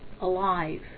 alive